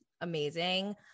amazing